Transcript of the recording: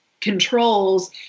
controls